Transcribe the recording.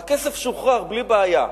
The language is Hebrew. והכסף שוחרר בלי בעיה.